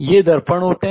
ये दर्पण होते हैं